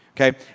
Okay